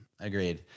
Agreed